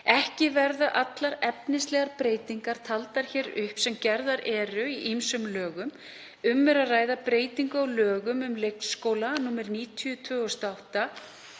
Ekki verða allar efnislegar breytingar taldar hér upp sem gerðar eru á ýmsum lögum. Um er að ræða breytingu á lögum um leikskóla, nr. 90/2008,